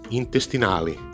intestinali